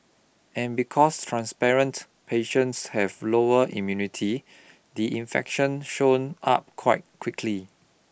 and because transparent patients have lower immunity the infection shown up quite quickly